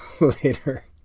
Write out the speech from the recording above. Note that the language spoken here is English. later